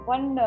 One